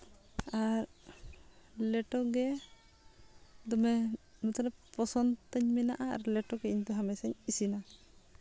ᱟᱨ ᱞᱮᱴᱚ ᱜᱮ ᱫᱚᱢᱮ ᱢᱚᱛᱞᱚᱵ ᱯᱚᱥᱚᱱᱫ ᱛᱟᱹᱧ ᱢᱮᱱᱟᱜᱼᱟ ᱟᱨ ᱞᱮᱴᱚ ᱜᱮ ᱤᱧ ᱫᱚ ᱦᱟᱢᱮᱥᱟᱧ ᱤᱥᱤᱱᱟ